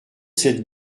cette